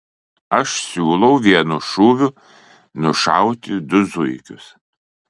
aš siūlau vienu šūviu nušauti du zuikius